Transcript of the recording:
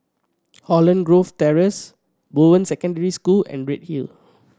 Holland Grove Terrace Bowen Secondary School and Redhill